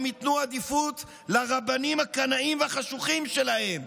הם ייתנו עדיפות לרבנים הקנאים והחשוכים שלהם,